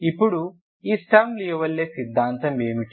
అప్పుడు ఈ Sturm Liouville సిద్ధాంతం ఏమిటి